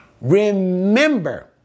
Remember